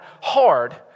hard